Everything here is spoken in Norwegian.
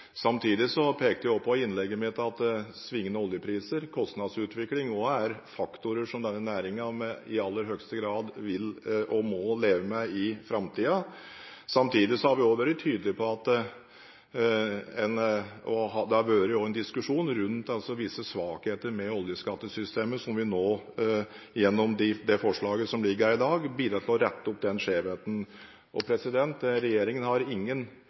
Samtidig pekte jeg i innlegget mitt på at svingende oljepriser og kostnadsutvikling også er faktorer som denne næringen i aller høyeste grad vil og må leve med i framtiden. Samtidig har vi vært tydelige på – og det har også vært en diskusjon rundt det – at det er visse svakheter ved oljeskattesystemet, og gjennom det forslaget som ligger her nå i dag, bidrar vi til å rette opp den skjevheten. Regjeringen har ingen